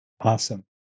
Awesome